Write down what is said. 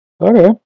Okay